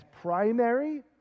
primary